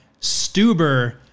Stuber